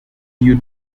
due